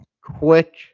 quick